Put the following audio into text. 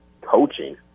Coaching